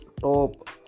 top